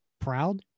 Proud